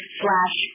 slash